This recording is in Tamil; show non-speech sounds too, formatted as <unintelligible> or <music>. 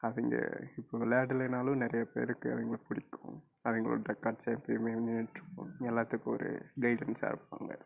அவங்க இப்போ விளையாடனாலும் நிறைய பேருக்கு அவங்கள பிடிக்கும் அவங்களோட கட்ஸ்ஸ <unintelligible> எப்போயுமே <unintelligible> எல்லோத்துக்கும் ஒரு கைடென்ஸ்ஸாக இருப்பாங்க